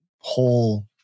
whole